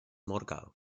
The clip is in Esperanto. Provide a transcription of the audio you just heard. morgaŭ